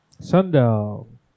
Sundown